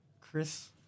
Chris